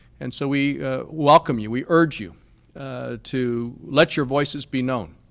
and so we welcome you, we urge you to let your voices be known.